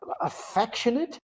affectionate